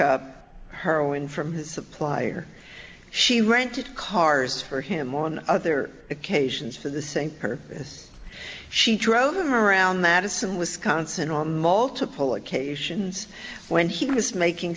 up her own from his supplier she rented cars for him on other occasions for the same purpose she drove them around madison wisconsin on multiple occasions when he was making